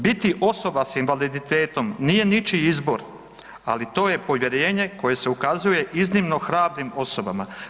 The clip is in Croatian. Biti osoba s invaliditetom nije ničiji izbor, ali to je povjerenje koje se ukazuje iznimno hrabrim osobama.